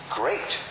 great